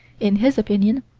in his opinion,